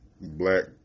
black